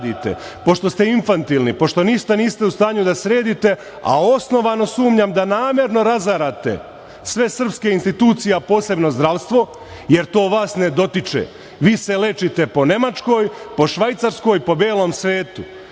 pošto ste infantilni, pošto ništa niste u stanju da sredite, a osnovano sumnjam da namerno razarate sve srpske institucije, a posebno zdravstvo, jer to vas ne dotiče? Vi se lečite po Nemačkoj, po Švajcarskoj, po belom svetu.